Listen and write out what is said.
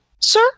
sir